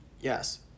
Yes